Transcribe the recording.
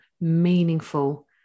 meaningful